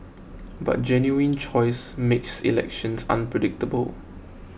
but genuine choice makes elections unpredictable